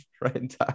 right